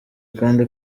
kandi